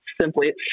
simply